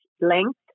length